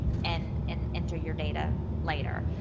and and enter your data later.